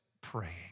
praying